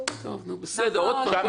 שמעת?